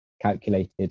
calculated